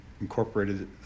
Incorporated